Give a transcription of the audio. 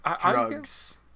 drugs